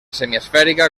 semiesfèrica